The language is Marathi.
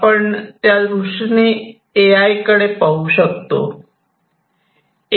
आपण दृष्टीने ए आय कडे पाहू शकतो